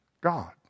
God